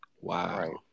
Wow